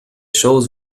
choses